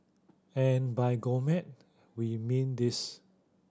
and by gourmet we mean this